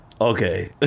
Okay